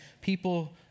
people